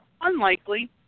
Unlikely